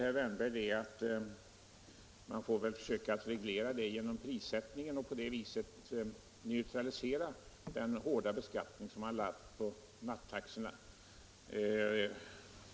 Herr Wärnberg säger att man får försöka reglera det genom prissättningen och på det viset neutralisera den hårda beskattning som läggs på nattförbrukningen.